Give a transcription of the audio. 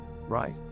right